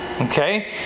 Okay